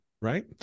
right